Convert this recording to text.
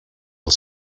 als